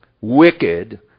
wicked